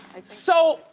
so,